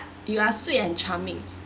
you are sweet and charming